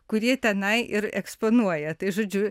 kurie tenai ir eksponuoja tai žodžiu